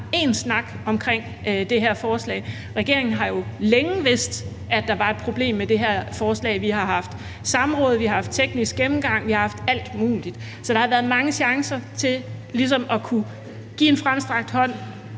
én snak om det her forslag. Regeringen har jo længe vidst, at der var et problem med det her forslag. Vi har haft samråd, vi har haft teknisk gennemgang, vi har haft alt muligt. Så der har været mange chancer for ligesom at kunne give en fremstrakt hånd,